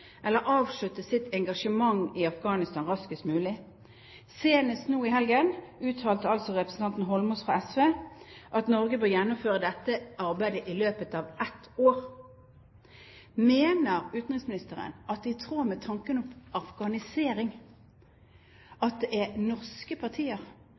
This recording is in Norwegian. eller avslutte sitt engasjement i Afghanistan raskest mulig. Senest nå i helgen uttalte representanten Holmås fra SV at Norge bør gjennomføre dette arbeidet i løpet av ett år. Mener utenriksministeren at det er i tråd med tankene om afghanisering